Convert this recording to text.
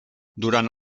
durant